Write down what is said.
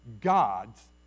God's